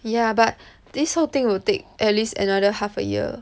yah but this whole thing will take at least another half a year